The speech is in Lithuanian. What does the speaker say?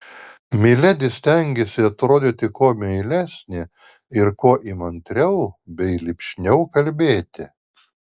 miledi stengėsi atrodyti kuo meilesnė ir kuo įmantriau bei lipšniau kalbėti